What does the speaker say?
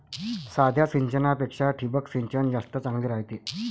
साध्या सिंचनापेक्षा ठिबक सिंचन जास्त चांगले रायते